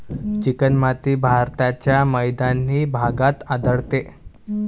चिकणमाती भारताच्या मैदानी भागात आढळते